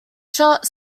shot